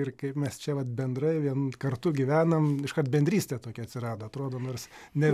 ir kaip mes čia vat bendrai vien kartu gyvenam kad bendrystė tokia atsirado atrodo nors ne